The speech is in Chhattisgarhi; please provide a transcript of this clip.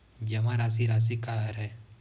जमा राशि राशि का हरय?